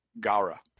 Gara